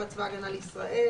(4)צבא ההגנה לישראל,